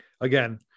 Again